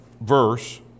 verse